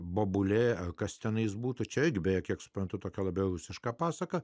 bobulė ar kas tenais būtų čia beje kiek suprantu tokia labiau rusiška pasaka